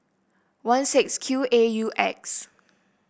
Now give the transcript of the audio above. one six Q A U X